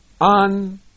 on